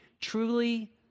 truly